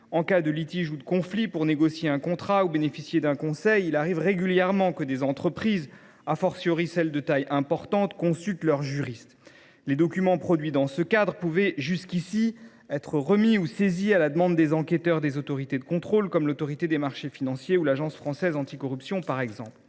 en cas de litige ou de conflit, pour négocier un contrat ou bénéficier d’un conseil, il arrive régulièrement que des entreprises, celles dont la taille est importante, consultent leurs juristes. Les documents produits dans ce cadre pouvaient jusqu’à présent être remis ou saisis à la demande des enquêteurs des autorités de contrôle, comme l’Autorité des marchés financiers ou l’Agence française anticorruption. Avec le